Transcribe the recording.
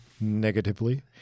negatively